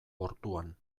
ortuan